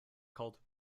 called